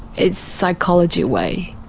it's psychology way.